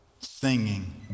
singing